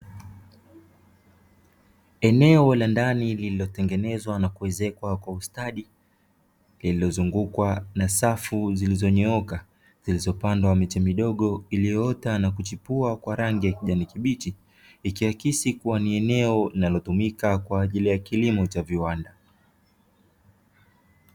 Eneo la ndani lililotengenezwa na kuwezekwa kwa ustadi, lililozungukwa na safu zilizonyooka zilizopandwa miti midogo iliyoota na kuchipua kwa rangi ya kijani kibichi, ikiakisi kuwa ni eneo linalotumika kwa ajili ya kilimo cha viwanda.